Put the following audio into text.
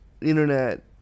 internet